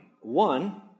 One